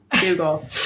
Google